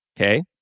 Okay